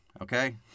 Okay